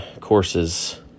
Courses